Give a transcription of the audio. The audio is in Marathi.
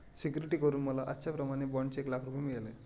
सिक्युरिटी करून मला आजच्याप्रमाणे बाँडचे एक लाख रुपये मिळाले